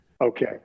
Okay